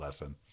lesson